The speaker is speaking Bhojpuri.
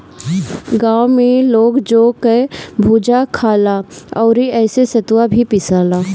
गांव में लोग जौ कअ भुजा खाला अउरी एसे सतुआ भी पिसाला